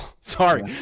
Sorry